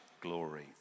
glory